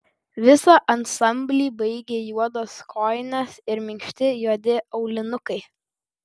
visą ansamblį baigė juodos kojinės ir minkšti juodi aulinukai